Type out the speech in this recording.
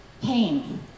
pain